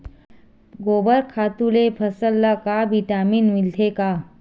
गोबर खातु ले फसल ल का विटामिन मिलथे का?